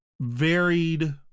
varied